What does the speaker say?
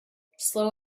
slow